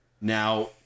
Now